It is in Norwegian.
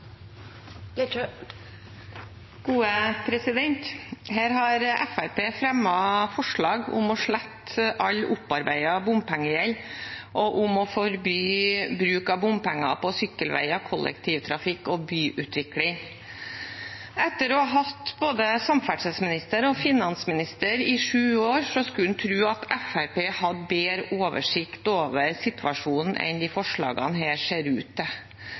Her har Fremskrittspartiet fremmet forslag om å slette all opparbeidet bompengegjeld og om å forby bruk av bompenger til sykkelveier, kollektivtrafikk og byutvikling. Etter å ha hatt både samferdselsministeren og finansministeren i sju år skulle man tro at Fremskrittspartiet hadde bedre oversikt over situasjonen enn disse forslagene ser